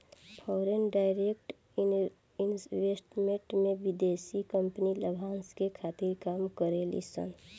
foreign direct investment में विदेशी company लाभांस के खातिर काम करे ली सन